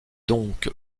donc